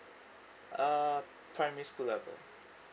uh primary school level